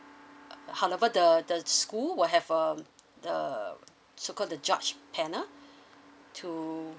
uh however the the school will have um the so called the judge panel to